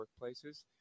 Workplaces